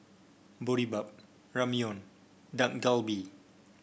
Boribap Ramyeon Dak Galbi